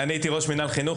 אני הייתי ראש מינהל חינוך.